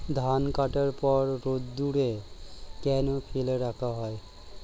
ধান কাটার পর রোদ্দুরে কেন ফেলে রাখা হয়?